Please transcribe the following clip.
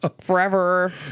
forever